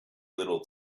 little